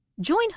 Join